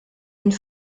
une